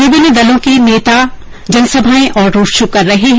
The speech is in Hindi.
विभिन्न दलों के नेता जनसभाएं और रोड़ शो कर रहे हैं